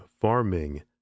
farming